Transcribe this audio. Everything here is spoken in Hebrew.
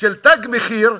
של "תג מחיר",